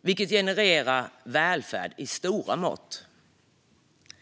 vilket genererar välfärd i stora mått.